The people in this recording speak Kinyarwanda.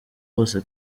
bose